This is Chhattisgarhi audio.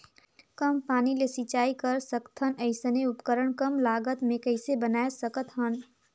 कम पानी ले सिंचाई कर सकथन अइसने उपकरण कम लागत मे कइसे बनाय सकत हन?